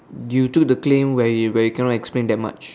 you took the claim where you where you cannot explain that much